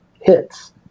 hits